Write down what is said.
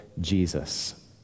Jesus